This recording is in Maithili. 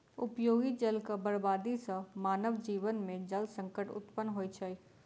उपयोगी जलक बर्बादी सॅ मानव जीवन मे जल संकट उत्पन्न होइत छै